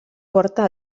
porta